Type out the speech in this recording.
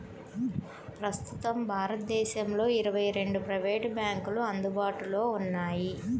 ప్రస్తుతం భారతదేశంలో ఇరవై రెండు ప్రైవేట్ బ్యాంకులు అందుబాటులో ఉన్నాయి